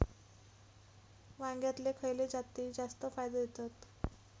वांग्यातले खयले जाती जास्त फायदो देतत?